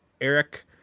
Eric